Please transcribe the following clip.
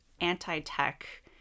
anti-tech